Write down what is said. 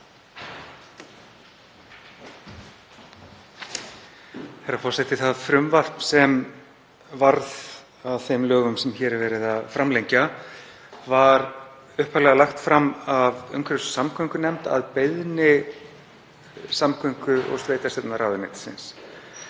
Herra forseti. Það frumvarp sem varð að þeim lögum sem hér er verið að framlengja var upphaflega lagt fram af umhverfis- og samgöngunefnd að beiðni samgöngu- og sveitarstjórnarráðuneytisins.